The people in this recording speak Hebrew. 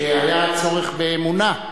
שהיה צורך באמונה,